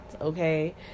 okay